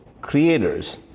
creators